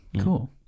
Cool